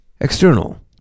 External